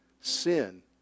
sin